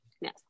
Yes